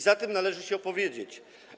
Za tym należy się opowiedzieć.